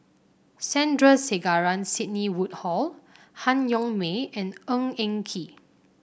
Sandrasegaran Sidney Woodhull Han Yong May and Ng Eng Kee